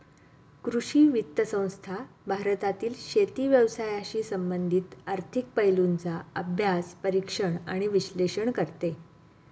कृषी वित्त संस्था भारतातील शेती व्यवसायाशी संबंधित आर्थिक पैलूंचा अभ्यास, परीक्षण आणि विश्लेषण करते